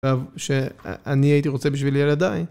שאני הייתי רוצה בשביל ילדיי